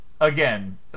again